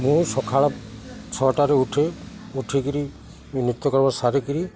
ମୁଁ ସକାଳ ଛଅଟାରେ ଉଠେ ଉଠିକିରି ନିତ୍ୟକର୍ମ ସାରି କିିରି